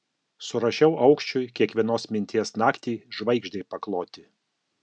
surašiau aukščiui kiekvienos minties naktį žvaigždei pakloti